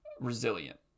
resilient